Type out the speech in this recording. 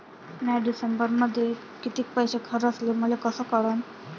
म्या डिसेंबरमध्ये कितीक पैसे खर्चले मले कस कळन?